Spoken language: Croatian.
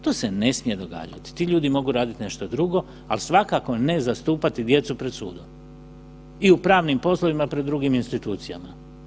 To se ne smije događati, ti ljudi mogu raditi nešto drugo, ali svakako ne zastupati djecu pred sudom i u pravnim poslovima pred drugim institucijama.